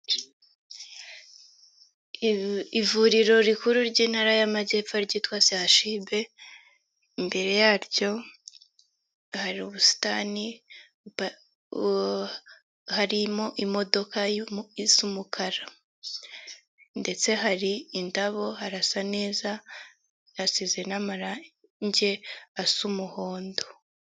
Ivuriro rikuru ry'intara y'amajyepfo ryitwa Sehashibe imbere yaryo hari ubusitani harimo imodoka isa umukara ndetse hari indabo harasa neza hasize n'amarange asa umuhondo.